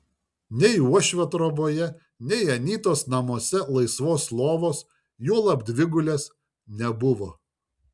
nei uošvio troboje nei anytos namuose laisvos lovos juolab dvigulės nebuvo